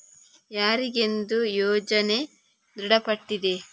ಯಾರಿಗೆಂದು ಯೋಜನೆ ದೃಢಪಟ್ಟಿದೆ?